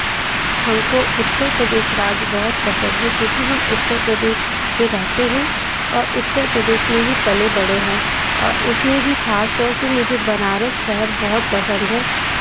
हमको उत्तर प्रदेश राज्य बहुत पसंद है क्योंकि हम उत्तर प्रदेश पे रहते हैं और उत्तर प्रदेश में ही पले बढ़े हैं और् उसमें भी खास तौर से मुझे बनारस शहर बहुत पसंद है